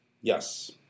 Yes